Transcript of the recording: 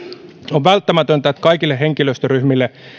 on välttämätöntä että kaikille henkilöstöryhmille